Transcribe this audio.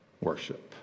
worship